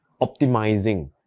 optimizing